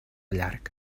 llarg